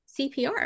CPR